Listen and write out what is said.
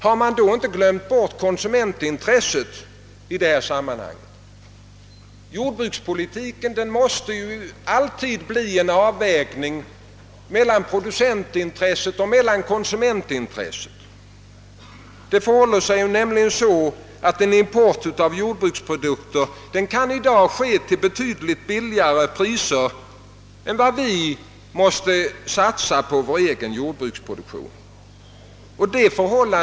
Har man då inte glömt konsumentintresset i detta sammanhang? Jordbrukspolitiken måste alltid innebära en avvägning mellan producentintresset och konsumentintresset. Vi kan i dag importera jordbruksprodukter till betydligt lägre priser än vi själva har möjlighet att framställa dem till.